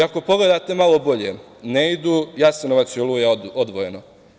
Ako pogledate malo bolje, ne idu Jasenovac i „Oluja“ odvojeno.